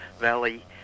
valley